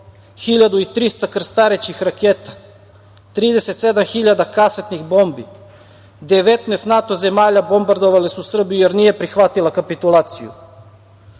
1.300 krstarećih raketa, 37.000 kasetnih bombi. Dakle, 19 NATO zemalja bombardovale su Srbiju, jer nije prihvatila kapitulaciju.